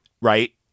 Right